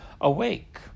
awake